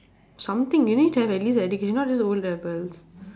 something you need to have at least education not just O levels